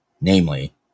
namely